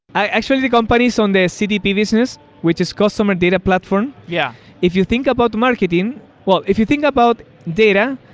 actually, the company is on the cdp business, which is customer data platform. yeah if you think about marketing well, if you think about data,